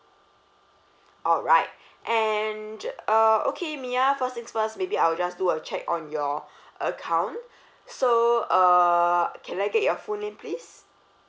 alright and uh okay mya first things first maybe I will just do a check on your account so uh can I get your full name please